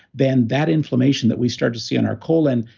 then that inflammation that we start to see on our colon,